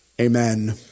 Amen